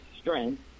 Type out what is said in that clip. strength